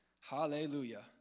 Hallelujah